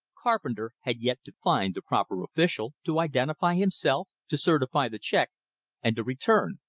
carpenter had yet to find the proper official, to identify himself, to certify the check and to return.